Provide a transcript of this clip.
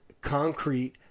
concrete